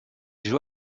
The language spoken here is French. joue